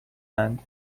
اند